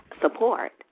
support